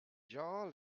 jar